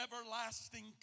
everlasting